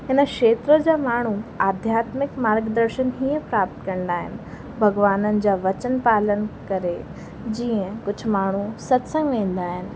हिन खेत्र जा माण्हू आध्यात्मिक मार्ग दर्शन हीअं प्राप्त कंदा आहिनि भॻवाननि जा वचन पालन करे जीअं कुझु माण्हू सत्संगु वेंदा आहिनि